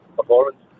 performance